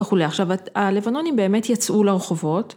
‫החולה. עכשיו, הלבנונים באמת ‫יצאו לרחובות.